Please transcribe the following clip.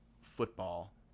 football